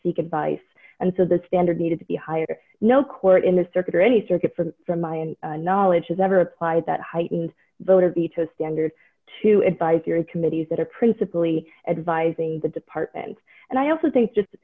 seek advice and so the standard needed to be higher no court in the circuit or any circuit from from my in knowledge has ever applied that heightened voter veto standard to advisory committees that are principally advising the department and i also think just